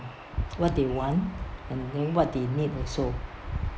what they want and know what they need also